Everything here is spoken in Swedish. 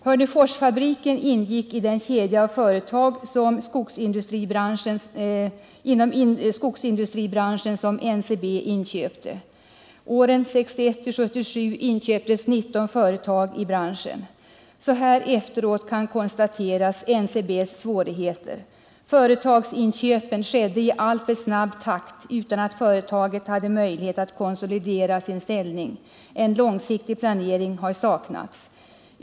Hörneforsfabriken ingick i den kedja av företag inom skogsindustribranschen som NCB inköpte. Åren 1961-1977 inköptes 19 företag i branschen. Så här efteråt kan NCB:s svårigheter konstateras. Företagsinköpen skedde i alltför snabb takt och utan att företaget hade möjlighet att konsolidera sin ställning. En långsiktig planering har saknats.